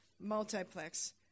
multiplex